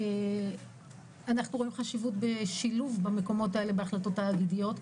אנחנו רואים חשיבות בשילוב במקומות האלה בהחלטות תאגידיות.